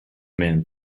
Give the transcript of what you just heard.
man